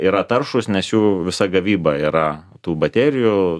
yra taršūs nes jų visa gavyba yra tų baterijų